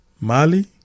Mali